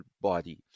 body